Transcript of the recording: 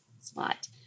slot